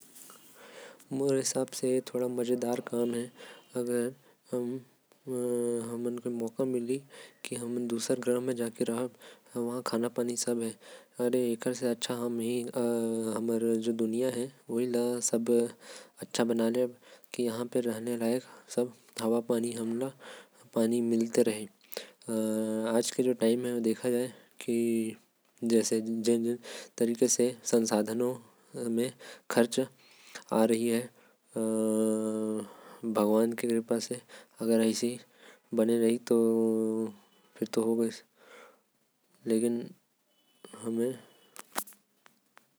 मोर हिसाब से ए थोड़ा मजेदार काम है। अगर हमन के मौका मिलहि की हमन ल दूसर ग्रह म बसे। के मौका मिलहि जहा खाना-पानी सब हवे तो एकर से अच्छा का हवे। लेकिन अगर हमन ल अपन ग्रह के सुधारे बर काम करना चाही। जहा पे पहिले से सब कुछ हवे।